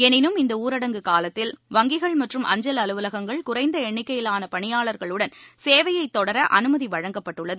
எளினும் இந்த ஊரடங்கு காலத்தில் வங்கிகள் மற்றம் அஞ்சல் அலுவலகங்கள் குறைந்த எண்ணிக்கையிலான பணியாளர்களுடன் சேவையை தொடர அனுமதி வழங்கப்பட்டுள்ளது